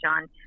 John